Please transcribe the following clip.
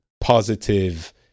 positive